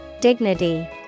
Dignity